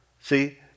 See